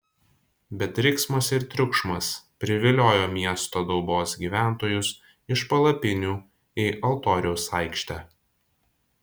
bet riksmas ir triukšmas priviliojo miesto daubos gyventojus iš palapinių į altoriaus aikštę